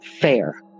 fair